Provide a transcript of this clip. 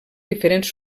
diferents